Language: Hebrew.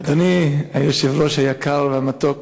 אדוני היושב-ראש היקר והמתוק,